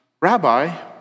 Rabbi